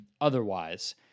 otherwise